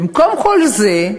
במקום כל זה,